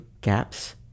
gaps